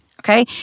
Okay